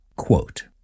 Quote